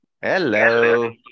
Hello